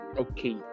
okay